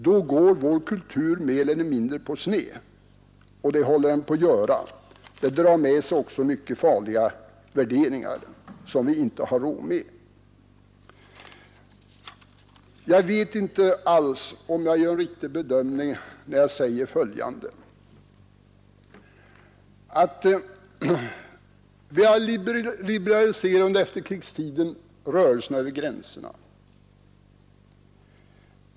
Då går vår kultur mer eller mindre på sned, som den nu håller på att göra. Och det drar med sig mycket farliga värderingar, som vi inte har råd med. Jag vet inte om jag gör en riktig bedömning när jag säger följande: Vi har under efterkrigstiden underlättat rörelserna över gränserna.